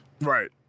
Right